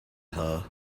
her